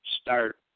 start